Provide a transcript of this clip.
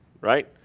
right